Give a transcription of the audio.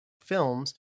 films